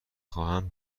خواهم